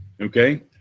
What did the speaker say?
Okay